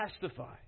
testify